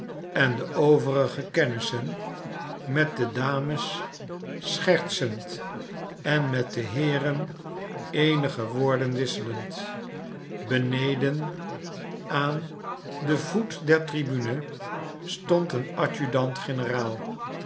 en de overige kennissen met de dames schertsend en met de heeren eenige woorden wisselend beneden aan den voet der tribune stond een